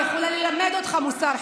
אני יכולה ללמד אותך מוסר,